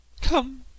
Come